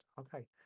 okay